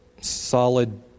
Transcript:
solid